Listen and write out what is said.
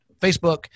Facebook